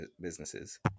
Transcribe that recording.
businesses